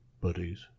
buddies